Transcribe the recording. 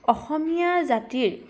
অসমীয়া জাতিৰ